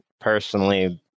personally